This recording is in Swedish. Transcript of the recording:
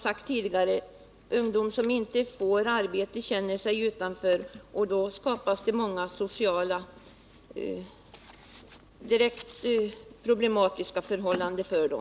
Den ungdom som inte får arbete känner sig utanför, och det uppstår direkt många sociala problem för dem.